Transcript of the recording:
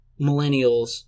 millennials